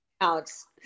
Alex